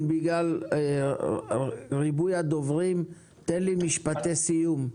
בגלל ריבוי הדוברים תן לי משפטי סיום.